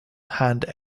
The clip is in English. hand